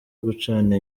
gucana